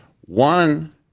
one